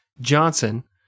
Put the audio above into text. Johnson